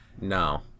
No